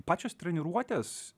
pačios treniruotės